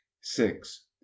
Six